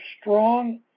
strong